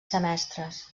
semestres